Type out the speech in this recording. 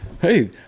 hey